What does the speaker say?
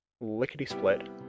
lickety-split